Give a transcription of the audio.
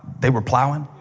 they were plowing.